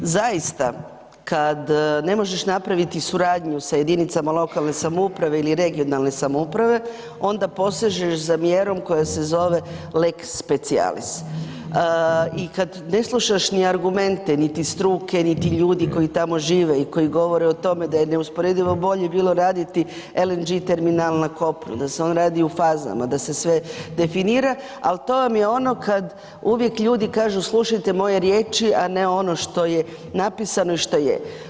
Zaista kada ne možeš napraviti suradnju sa jedinicama lokalne samouprave ili regionalne samouprave onda posežeš za mjerom koja se zove lex specialis i kada ne slušaš ni argumente niti struke, niti ljudi koji tamo žive i koji govore o tome da je neusporedivo bilo bolje raditi LNG terminal na kopnu, da se on radi u fazama, da se sve definira, ali to vam je ono kada uvijek ljudi kažu slušajte moje riječi, a ne ono što je napisano i što je.